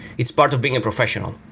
it's part of being a professional.